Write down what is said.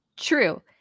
True